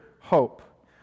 hope